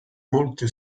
molto